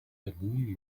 baboon